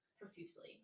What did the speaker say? profusely